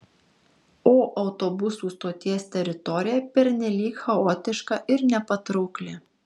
o autobusų stoties teritorija pernelyg chaotiška ir nepatraukli